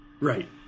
Right